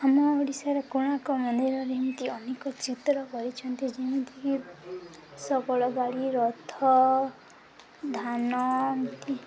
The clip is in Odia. ଆମ ଓଡ଼ିଶାର କୋଣାର୍କ ମନ୍ଦିରରେ ଏମିତି ଅନେକ ଚିତ୍ର କରିଛନ୍ତି ଯେମିତିକି ଶଗଡ଼ ଗାଡ଼ି ରଥ ଧାନ ଏମିତି